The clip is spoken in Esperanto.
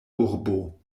urbo